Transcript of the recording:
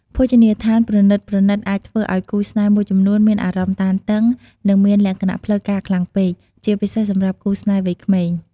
ភោជនីយដ្ឋានប្រណីតៗ អាចធ្វើឲ្យគូស្នេហ៍មួយចំនួនមានអារម្មណ៍តានតឹង និងមានលក្ខណៈផ្លូវការខ្លាំងពេក ជាពិសេសសម្រាប់គូស្នេហ៍វ័យក្មេង។